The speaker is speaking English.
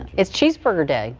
it's cheeseburger day.